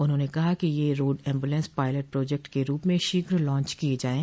उन्होंने कहा कि यह रोड ऐम्ब्रलेंस पायलेट प्रोजेक्ट के रूप में शीघ लांच किये जाये